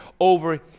over